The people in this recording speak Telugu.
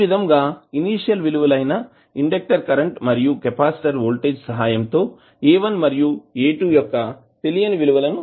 ఈ విధంగా ఇనీషియల్ విలువలు అయినా ఇండెక్టర్ కరెంట్ మరియు కెపాసిటర్ వోల్టేజ్ సహాయంతో A1 మరియు A2 యొక్క తెలియని విలువను లెక్కించవచ్చు